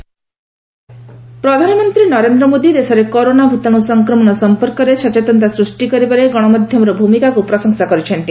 PM corona ପ୍ରଧାନମନ୍ତ୍ରୀ ନରେନ୍ଦ୍ର ମୋଦି ଦେଶରେ corona ଭୂତାଣୁ ସଂକ୍ରମଣ ସମ୍ପର୍କରେ ସଚେତନତା ସୃଷ୍ଟି କରିବାରେ ଗଣମାଧ୍ୟମର ଭୂମିକାକୁ ପ୍ରଶଂସା କରିଛନ୍ତି